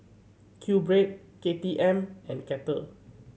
Q Bread K T M and Kettle